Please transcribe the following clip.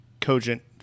cogent